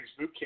Bootcamp